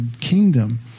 kingdom